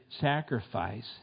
sacrifice